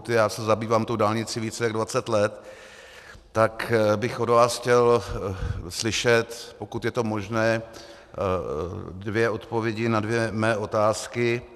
Já se zabývám tou dálnicí více jak dvacet let, tak bych od vás chtěl slyšet, pokud je to možné, dvě odpovědi na dvě mé otázky.